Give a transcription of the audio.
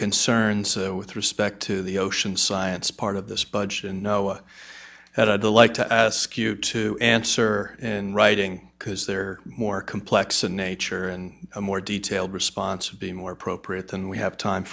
concerns with respect to the ocean science part of this budget and no that i'd like to ask you to answer in writing because they're more complex in nature and a more detailed response would be more appropriate than we have time